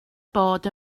bod